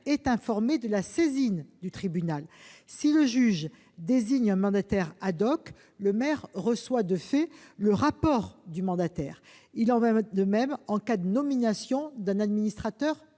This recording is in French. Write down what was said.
est informé de la saisine du tribunal. Si le juge désigne un mandataire, le maire reçoit le rapport du mandataire. Il en va de même en cas de nomination d'un administrateur